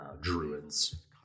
druids